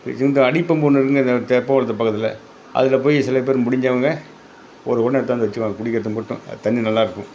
இந்த அடி பம்பு ஒன்று இருக்குதுங்க அந்த தெ தெப்பை குளத்து பக்கத்தில் அதில் போய் சில பேர் முடிஞ்சவங்க ஒரு குடம் எடுத்தாந்து வச்சுப்பாங்க குடிக்கிறதுக்கு மட்டும் அது தண்ணி நல்லா இருக்கும்